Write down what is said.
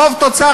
חוב תוצר